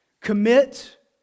Commit